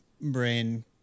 brain